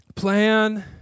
Plan